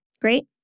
Great